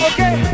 Okay